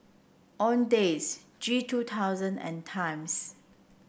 Owndays G two thousand and Times